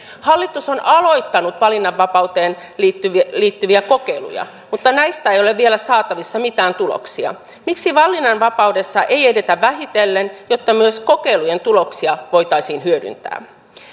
hallitus on aloittanut valinnanvapauteen liittyviä liittyviä kokeiluja mutta näistä ei ole vielä saatavissa mitään tuloksia miksi valinnanvapaudessa ei edetä vähitellen jotta myös kokeilujen tuloksia voitaisiin hyödyntää